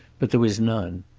but there was none.